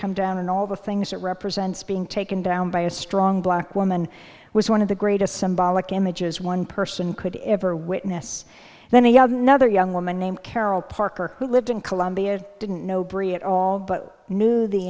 come down and all the things that represents being taken down by a strong black woman was one of the greatest symbolic images one person could ever witness then they have another young woman named carol parker who lived in columbia didn't know bree at all but knew the